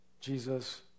Jesus